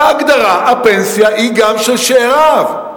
בהגדרה הפנסיה היא גם של שאיריו,